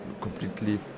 completely